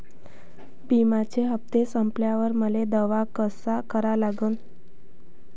बिम्याचे हप्ते संपल्यावर मले दावा कसा करा लागन?